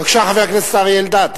בבקשה, חבר הכנסת אריה אלדד.